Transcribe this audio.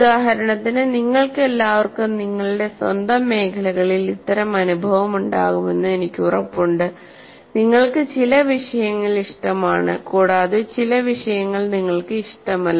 ഉദാഹരണത്തിന് നിങ്ങൾക്കെല്ലാവർക്കും നിങ്ങളുടെ സ്വന്തം മേഖലകളിൽ ഇത്തരംഅനുഭവമുണ്ടാകുമെന്ന് എനിക്ക് ഉറപ്പുണ്ട് നിങ്ങൾക്ക് ചില വിഷയങ്ങൾ ഇഷ്ടമാണ് കൂടാതെ ചില വിഷയങ്ങൾ നിങ്ങൾക്ക് ഇഷ്ടമല്ല